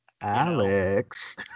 Alex